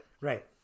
Right